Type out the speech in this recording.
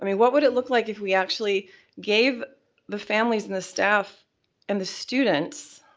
i mean what would it look like if we actually gave the families and the staff and the students